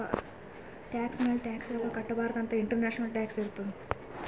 tax ಮ್ಯಾಲ tax ರೊಕ್ಕಾ ಕಟ್ಟಬಾರ್ದ ಅಂತ್ ಇಂಟರ್ನ್ಯಾಷನಲ್ ಟ್ಯಾಕ್ಸ್ ಇರ್ತುದ್